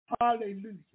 Hallelujah